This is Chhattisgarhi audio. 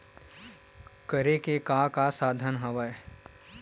करे के का का साधन हवय?